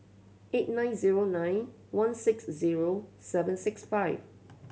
eight nine zero nine one six zero seven six five